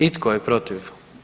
I tko je protiv?